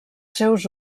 seus